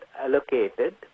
allocated